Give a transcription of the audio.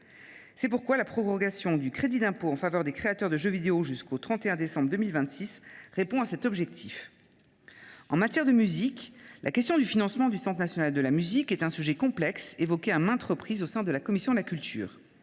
étrangères. La prorogation du crédit d’impôt en faveur des créateurs de jeux vidéo jusqu’au 31 décembre 2026 répond à cet objectif. En matière de musique, la question du financement du Centre national de la musique est un sujet complexe, évoqué à maintes reprises au sein de la commission de la culture.